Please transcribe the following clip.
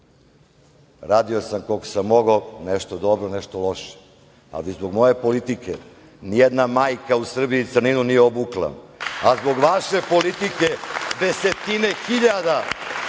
radio sam koliko sam mogao, nešto dobro, nešto loše, ali zbog moje politike nijedna majka u Srbiji crninu nije obukla, a zbog vaše politike desetine hiljada